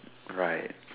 right